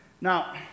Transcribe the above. Now